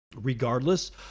Regardless